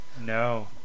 No